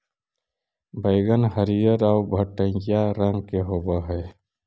बइगन हरियर आउ भँटईआ रंग के होब हई